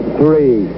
three